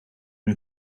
een